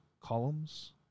columns